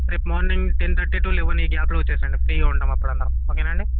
రేపు morning ten thirty to eleven ఈ గ్యాప్లో వచ్చేయ్యండి ఫ్రీగా ఉంటాము అప్పుడు అందరం ఓకేనా అండి